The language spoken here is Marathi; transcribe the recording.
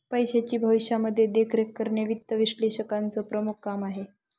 पैशाची भविष्यामध्ये देखरेख करणे वित्त विश्लेषकाचं प्रमुख काम आहे